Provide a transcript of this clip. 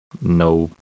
no